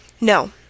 No